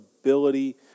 ability